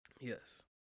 Yes